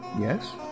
yes